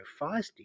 feisty